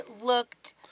looked